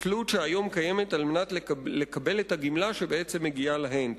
תלות שהיום קיימת לצורך קבלת הגמלה שבעצם מגיעה להן,